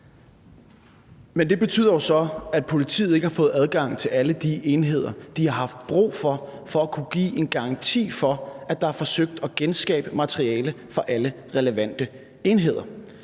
Men det betyder jo så, at politiet ikke har fået adgang til alle de enheder, de har haft brug for, for at kunne give en garanti for, at det er blevet forsøgt at genskabe materiale fra alle relevante enheder.